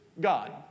God